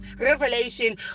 revelation